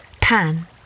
Pan